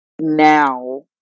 now